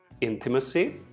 intimacy